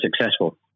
successful